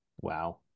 Wow